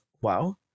WoW